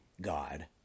God